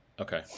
Okay